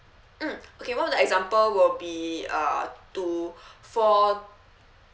mm okay one of the example will be uh to for